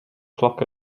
clock